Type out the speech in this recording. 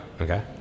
okay